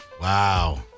wow